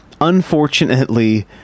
unfortunately